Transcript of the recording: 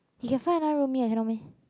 he can find another roomie eh cannot meh